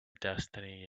destiny